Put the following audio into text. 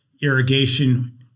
irrigation